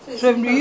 ya